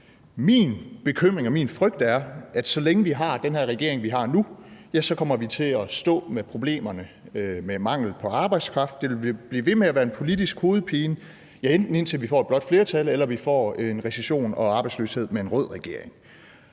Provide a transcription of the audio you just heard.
Min bekymring og min frygt er, at så længe vi har den regering, vi har nu, kommer vi til at stå med problemerne med mangel på arbejdskraft; det vil blive ved med at være en politisk hovedpine, enten til vi får et blåt flertal, eller til vi med en rød regering